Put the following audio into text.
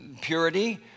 purity